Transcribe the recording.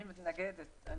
אני מתנגדת לתקנות.